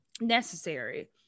necessary